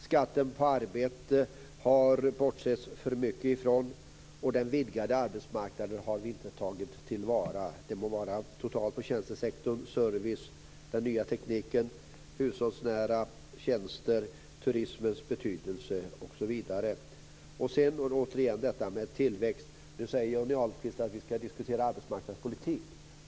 Skatten på arbete har det bortsetts för mycket från, och den vidgade arbetsmarknaden har vi inte tagit till vara. Det må vara totalt för tjänstesektorn, service, den nya tekniken, hushållsnära tjänster, turismens betydelse, osv. Sedan återigen detta med tillväxt. Nu säger Johnny Ahlqvist att vi skall diskutera arbetsmarknadspolitik.